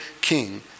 king